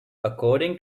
according